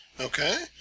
Okay